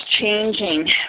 changing